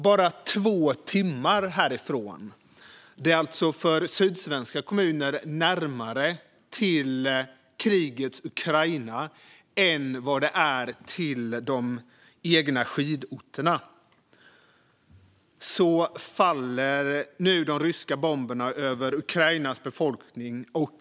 Bara två timmar härifrån faller nu de ryska bomberna över Ukrainas befolkning - sydsvenska kommuner ligger alltså närmare krigets Ukraina än svenska skidorter.